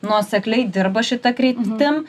nuosekliai dirba šita kryptim